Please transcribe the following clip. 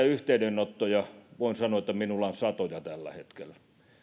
yhteydenottoja voin sanoa minulla on satoja tällä hetkellä